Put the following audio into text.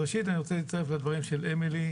אז ראשית אני רוצה להצטרף לדברים של אמילי,